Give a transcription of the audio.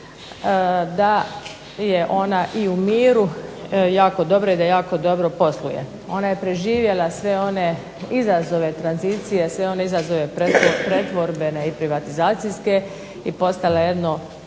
da je ona i u miru jako dobra i da jako dobro posluje. Ona je preživjela sve one izazove tranzicije, sve one izazove pretvorbene i privatizacijske i postala jedno